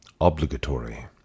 obligatory